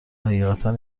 حقیقتا